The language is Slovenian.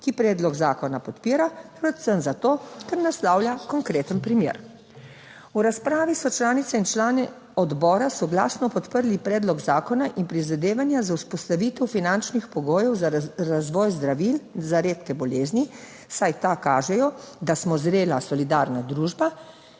ki predlog zakona podpira, predvsem zato, ker naslavlja konkreten primer. V razpravi so članice in člani odbora soglasno podprli predlog zakona in prizadevanja za vzpostavitev finančnih pogojev za razvoj zdravil za redke bolezni, saj ta kažejo, da smo zrela, solidarna družba,